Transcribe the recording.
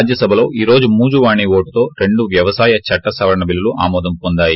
రాజ్యసభలో ఈ రోజు మూజువాణి వోటు తో రెండు వ్యవసాయ చట్ల సవరణ బిల్లులు ఆమోదం పొందాయి